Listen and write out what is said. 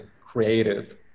creative